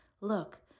Look